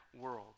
world